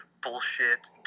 bullshit